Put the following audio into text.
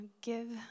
give